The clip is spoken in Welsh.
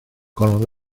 gormod